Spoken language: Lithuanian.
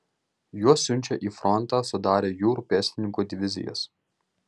juos siunčia į frontą sudarę jūrų pėstininkų divizijas